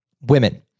women